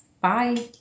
Bye